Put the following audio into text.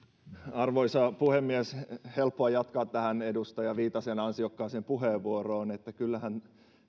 arvoisa puhemies helppoa jatkaa tästä edustaja viitasen ansiokkaasta puheenvuorosta että kyllähän